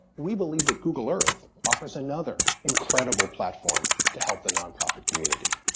we believe that google earth offers another incredible platform to help the nonprofit community.